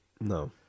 No